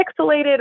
pixelated